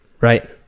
Right